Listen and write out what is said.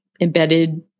embedded